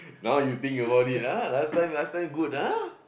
now you think about it ah last time last time good ah